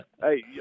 Hey